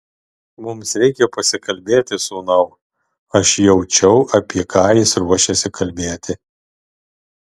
mums reikia pasikalbėti sūnau aš jaučiau apie ką jis ruošiasi kalbėti